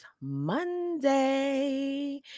Monday